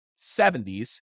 70s